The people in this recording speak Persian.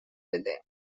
بده